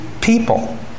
people